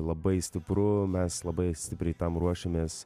labai stipru mes labai stipriai tam ruošiamės